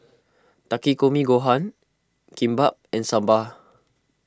Takikomi Gohan Kimbap and Sambar